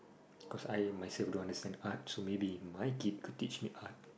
cause I myself don't understand art so maybe my kid could teach me art